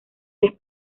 les